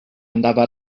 andava